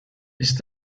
ist